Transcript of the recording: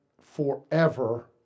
forever